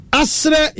asre